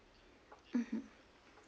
mmhmm